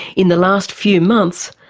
in the last few months,